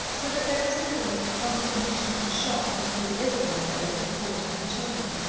so that there was little of the consternation and shock that lady isabel's death had brought to her children.